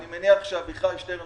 אני מניח שאביחי שטרן